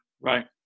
Right